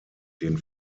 den